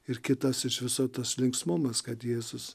ir kitas iš viso tas linksmumas kad jėzus